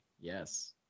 Yes